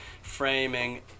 framing